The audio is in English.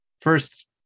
first